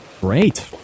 Great